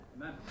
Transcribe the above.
Amen